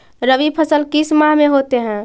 रवि फसल किस माह में होते हैं?